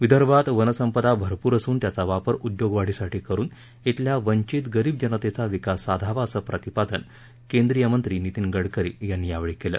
विदर्भात वनसंपदा भरपूर असून त्याचा वापर उद्योगवाढीसाठी करुन शिल्या वंचित गरीब जनतेचा विकास साधावा असं प्रतिपादन केंद्रीय मंत्री नितीन गडकरी यांनी यावेळी केलं